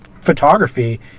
photography